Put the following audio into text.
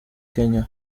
kenya